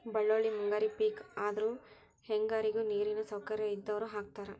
ಬಳ್ಳೋಳ್ಳಿ ಮುಂಗಾರಿ ಪಿಕ್ ಆದ್ರು ಹೆಂಗಾರಿಗು ನೇರಿನ ಸೌಕರ್ಯ ಇದ್ದಾವ್ರು ಹಾಕತಾರ